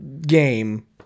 game